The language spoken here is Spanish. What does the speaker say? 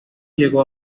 llegó